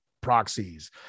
proxies